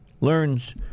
Learns